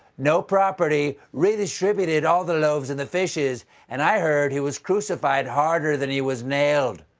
no property, redistributed all the loaves and the fishes. and i heard he was crucified harder than he was nailed.